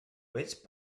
veig